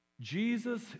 Jesus